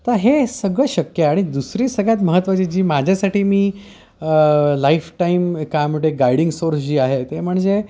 तर हे सगळं शक्य आणि दुसरी सगळ्यात महत्त्वाची जी माझ्यासाठी मी लाईफटाईम ए काय मोठे गायडिंग सोर्स जी आहे ते म्हणजे